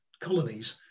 colonies